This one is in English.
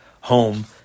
home